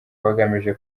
bagamije